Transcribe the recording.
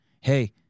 Hey